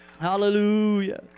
Hallelujah